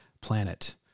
planet